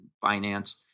finance